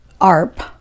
ARP